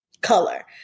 color